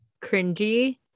cringy